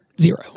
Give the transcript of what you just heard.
Zero